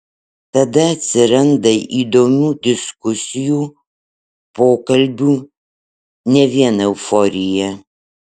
tada atsiranda įdomių diskusijų pokalbių ne vien euforija